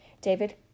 David